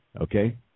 okay